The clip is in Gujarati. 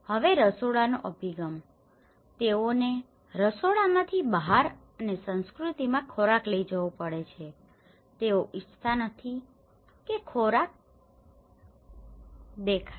હવે રસોડાનો અભિગમ તેઓને રસોડામાંથી બહાર અને સંસ્કૃતિમાં ખોરાક લઈ જવો પડે છે તેઓ ઇચ્છતા નથી કે ખોરાક દેખાય